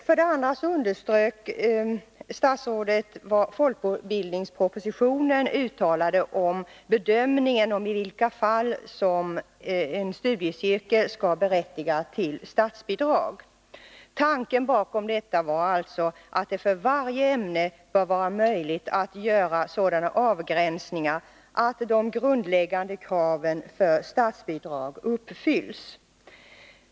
För det andra underströk statsrådet vad som uttalades i folkbildningspropositionen om bedömningen av i vilka fall en studiecirkel skall berättiga till statsbidrag. Tanken bakom detta var alltså att det för varje ämne bör vara möjligt att göra sådana avgränsningar att de grundläggande kraven för statsbidrag uppfylls.